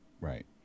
Right